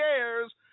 Airs